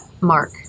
mark